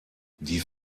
die